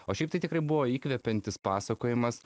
o šiaip tai tikrai buvo įkvepiantis pasakojimas